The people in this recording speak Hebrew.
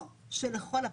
או שלכל הפחות,